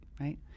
right